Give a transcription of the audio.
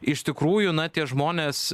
iš tikrųjų na tie žmonės